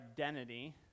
identity